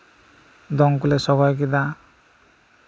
ᱫᱚᱝ ᱠᱚᱞᱮ ᱥᱚᱜᱚᱭ ᱠᱮᱫᱟ